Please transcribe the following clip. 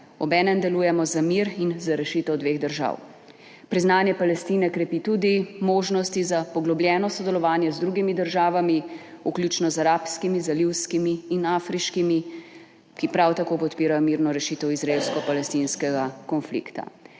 Obenem delujemo za mir in za rešitev dveh držav. Priznanje Palestine krepi tudi možnosti za poglobljeno sodelovanje z drugimi državami, vključno z arabskimi, zalivskimi in afriškimi, ki prav tako podpirajo mirno rešitev izraelsko palestinskega konflikta.